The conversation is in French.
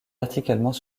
verticalement